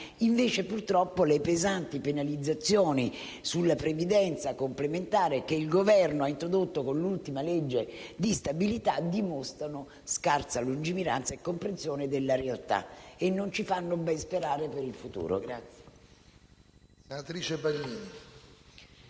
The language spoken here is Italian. però, le pesanti penalizzazioni sulla previdenza complementare, che il Governo ha introdotto con l'ultima legge di stabilità, dimostrano scarsa lungimiranza e incomprensione della realtà, e non ci fanno ben sperare per il futuro.